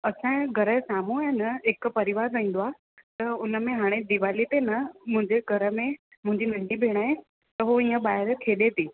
असांजे घर जे साम्हूं आहे न हिकु परिवार रहंदो आहे त हुन में हाणे दिवाली ते न मुंहिंजे घर में मुंहिंजी नंढी भेण आहे त उहो इअं ॿाहिरि खेॾे थी